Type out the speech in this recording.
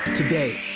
today,